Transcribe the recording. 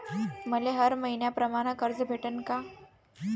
मले हर मईन्याप्रमाणं कर्ज भेटन का?